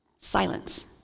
Silence